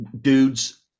Dudes